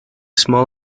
small